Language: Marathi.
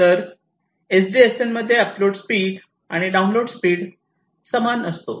तर एसडीएसएल मध्ये अपलोड स्पीड आणि डाउनलोड स्पीड समान असतो